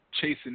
chasing